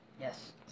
yes